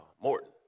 Morton